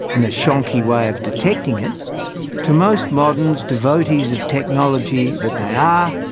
and a shonky way of detecting it to most moderns, devotees of technology that they are,